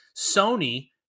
Sony